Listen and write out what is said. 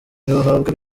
ntibahabwa